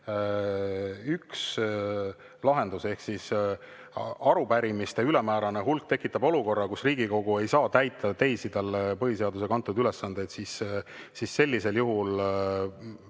kohustusi ja kui arupärimiste ülemäärane hulk tekitab olukorra, kus Riigikogu ei saa täita teisi talle põhiseadusega antud ülesandeid, siis sellisel juhul